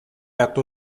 hartu